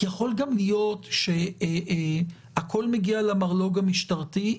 יכול גם להיות שהכול מגיע למרלוג המשטרתי,